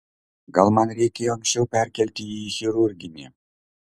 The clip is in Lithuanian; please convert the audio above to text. gal man reikėjo anksčiau perkelti jį į chirurginį